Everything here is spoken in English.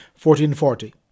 1440